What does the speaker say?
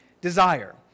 desire